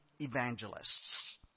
evangelists